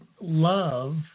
love